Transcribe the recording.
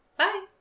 bye